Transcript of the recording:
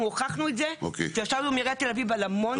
אנחנו הוכחנו את זה כשישבנו עם עיריית תל-אביב על המון